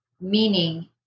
meaning